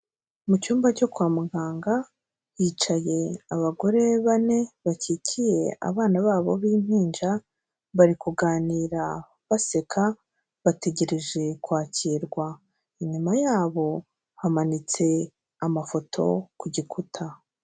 Mu cyumba cyo kwa muganga hicaye abagore bane bakikiye abana babo b'impinja, bari kuganira baseka bategereje kwakirwa inyuma yabo hamanitse amafoto ku gikuta.